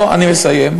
אני מסיים.